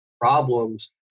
problems